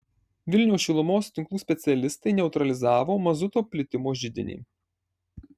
vilniaus šilumos tinklų specialistai neutralizavo mazuto plitimo židinį